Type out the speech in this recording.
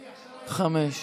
חמש.